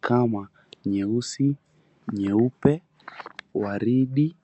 kama nyeusi, nyeupe, waridi